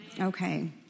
Okay